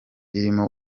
irimo